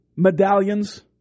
Medallions